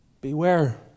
Beware